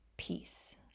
peace